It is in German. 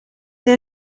der